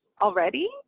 already